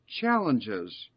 challenges